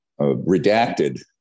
redacted